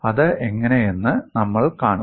അത് എങ്ങനെയെന്ന് നമ്മൾ കാണും